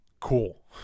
cool